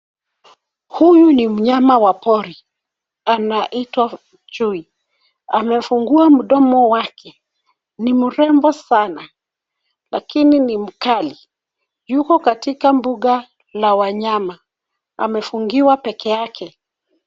Huyu ni mnyama wa pori. Anaitwa chui. Amefungua mdomo wake. Ni mrembo sana lakini ni mkali. Yuko katika mbuga la wanyama. Amefungiwa peke yake.